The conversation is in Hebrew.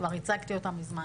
כבר הצגתי אותה מזמן